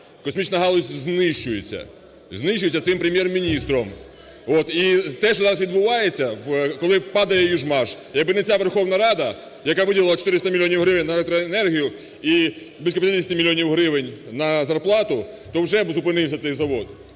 Космічна галузь знищується, знищується цим Прем'єр-міністром і те, що зараз відбувається, коли падає "Южмаш", якби не ця Верховна Рада, яка виділила 400 мільйонів гривень на електроенергію і близько 50 мільйонів гривень на зарплату, то вже би зупинився цей завод.